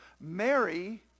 Mary